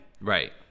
right